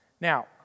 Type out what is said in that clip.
Now